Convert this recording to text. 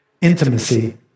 intimacy